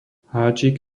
háčik